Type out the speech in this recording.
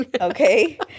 okay